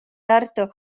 tartu